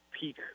peak